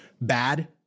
bad